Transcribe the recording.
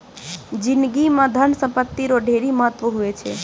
जिनगी म धन संपत्ति रो ढेरी महत्व हुवै छै